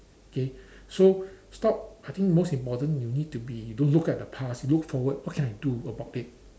K so stop I think most important you need to be don't look at the past look forward what can I do about it